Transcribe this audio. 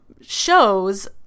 shows